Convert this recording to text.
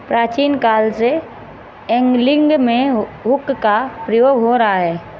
प्राचीन काल से एंगलिंग में हुक का प्रयोग हो रहा है